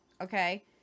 Okay